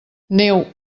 neu